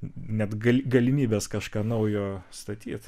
net ga galimybes kažką naujo statyt